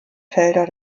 felder